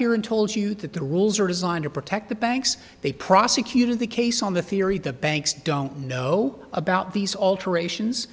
here and told you that the rules are designed to protect the banks they prosecuted the case on the theory the banks don't know about these alterations